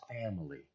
family